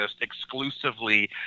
exclusively